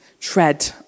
tread